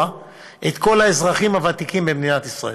את כל האזרחים הוותיקים במדינת ישראל.